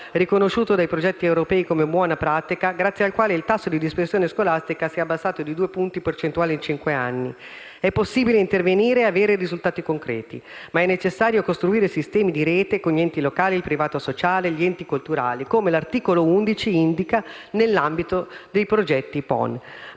riconosciuto dai progetti europei come buona pratica, grazie al quale il tasso di dispersione scolastica si è abbassato di due punti percentuali in cinque anni. È possibile intervenire ed avere risultati concreti, ma è necessario costruire sistemi di rete con gli enti locali, il privato sociale e gli enti culturali, come indica l'articolo 11 del decreto-legge